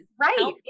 Right